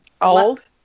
old